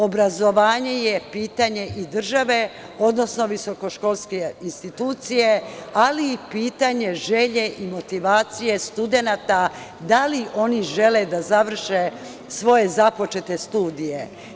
Obrazovanje je pitanje i države, odnosno visokoškolske institucije, ali i pitanje želje i motivacije studenata da li oni žele da završe svoje započete studije.